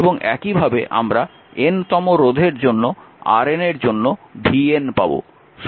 এবং একইভাবে আমরা N তম রোধ RN এর জন্য vN পাব